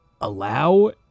Allow